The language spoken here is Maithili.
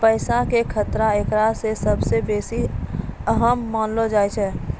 पैसा के खतरा एकरा मे सभ से बेसी अहम मानलो जाय छै